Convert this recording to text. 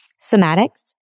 somatics